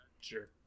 Sure